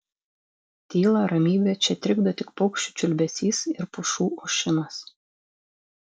tylą ramybę čia trikdo tik paukščių čiulbesys ir pušų ošimas